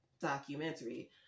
documentary